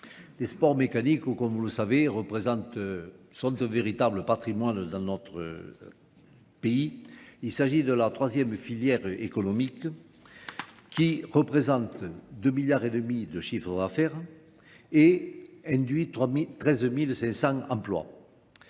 Les sports mécaniques, comme vous le savez, sont de véritables patrimoine dans notre pays. Il s'agit de la troisième filière économique qui représente 2,5 milliards de chiffre d'affaires et induit 13 500 emplois.